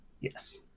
Yes